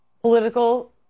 political